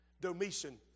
Domitian